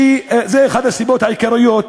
הוא אחת הסיבות העיקריות.